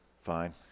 fine